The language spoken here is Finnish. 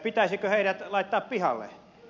pitäisikö heidät laittaa pihalle